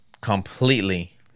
completely